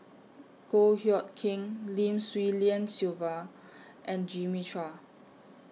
Goh Hood Keng Lim Swee Lian Sylvia and Jimmy Chua